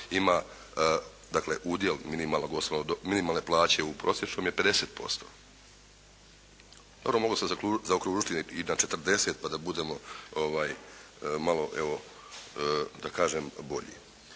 osobnog, minimalne plaće u prosječnom je 50%. Dobro, mogu se zaokružiti i na 40 pa da budemo malo evo